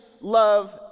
love